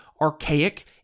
archaic